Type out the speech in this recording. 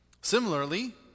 Similarly